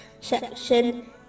section